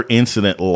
incident